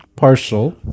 partial